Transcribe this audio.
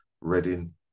Reading